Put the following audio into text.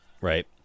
Right